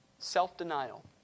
Self-denial